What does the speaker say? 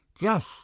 Just